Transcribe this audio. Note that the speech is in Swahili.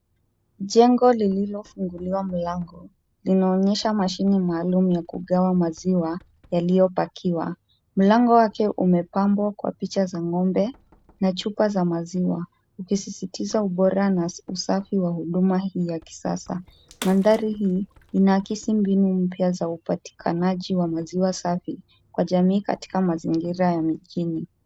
Jengo lililofunguliwa mlango, linaonyesha mashini maalum ya kugawa maziwa yaliyopakiwa. Mlango wake umepambwa kwa picha za ngombe na chupa za maziwa, ikisisitiza ubora na usafi wa huduma hii ya kisasa. Maandharii hii inakisi mbinu mpya za upatikanaji wa maziwa safi kwa jamii katika mazingira ya mjini.